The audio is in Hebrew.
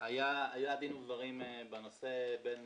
דין ודברים בנושא בין